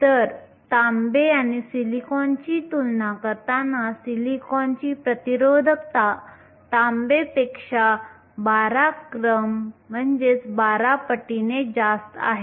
तर तांबे आणि सिलिकॉनची तुलना करताना सिलिकॉनची प्रतिरोधकता तांबेपेक्षा 12 क्रमपट जास्त आहे